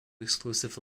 exclusive